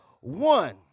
one